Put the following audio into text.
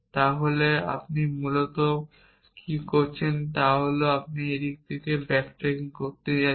এবং এটি মূলত কী বলছেন তা হল আপনি যদি এই দিক থেকে এই দিকে ব্যাক ট্র্যাক করতে যাচ্ছেন